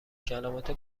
کلمات